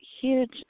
huge